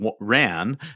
ran